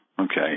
Okay